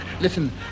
Listen